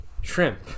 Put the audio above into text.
shrimp